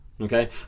Okay